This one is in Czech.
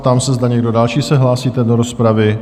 Ptám se, zda někdo další se hlásíte do rozpravy?